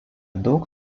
daug